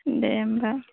दे होनबा